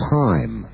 time